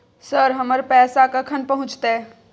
Sir, हमर पैसा कखन पहुंचतै?